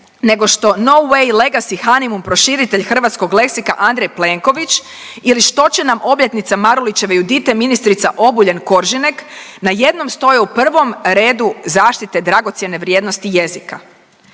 nego što no way legacy …/Govornik se ne razumije./… proširitelj hrvatskog leksika Andrej Plenković ili što će nam obljetnica Marulićeve Judite ministrica Obuljen Koržinek, najednom stoje u prvom redu zaštite dragocjene vrijednosti jezika.